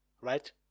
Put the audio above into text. Right